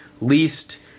least